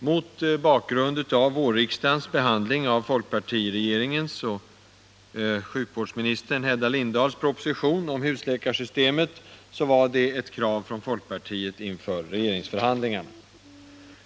Mot bakgrund av riksdagens behandling av folkpartiregeringens och sjukvårdsministern Hedda Lindahls proposition om husläkarsystemet förra våren var det ett krav från folkpartiet vid regeringsförhandlingarna.